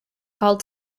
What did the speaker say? called